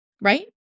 Right